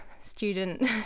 Student